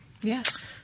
Yes